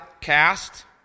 cast